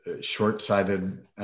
short-sighted